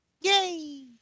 Yay